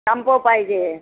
shampoo पाहिजे